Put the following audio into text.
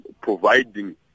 providing